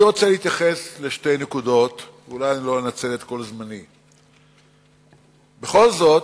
אני רוצה להתייחס לשתי נקודות, בכל זאת,